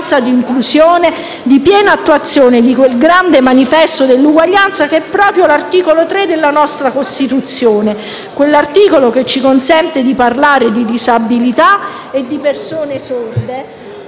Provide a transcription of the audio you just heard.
di inclusione e di piena attuazione di quel grande manifesto dell'uguaglianza che è proprio l'articolo 3 della nostra Costituzione, quell'articolo che ci consente di parlare di disabilità e di persone sorde